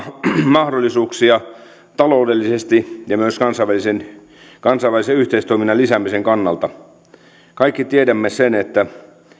mahdollisuuksia taloudellisesti ja myös kansainvälisen kansainvälisen yhteistoiminnan lisäämisen kannalta kaikki tiedämme sen että